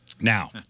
Now